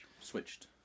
switched